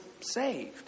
saved